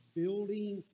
building